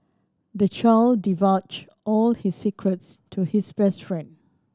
the child divulged all his secrets to his best friend